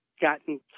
gotten